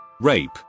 rape